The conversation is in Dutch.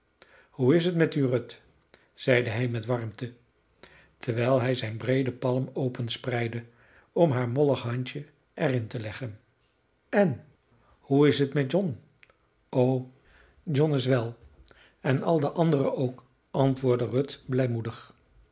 hoe is het met u ruth zeide hij met warmte terwijl hij zijn breede palm openspreidde om haar mollig handje er in te leggen en hoe is het met john o john is wel en al de anderen ook antwoordde ruth